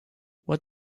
what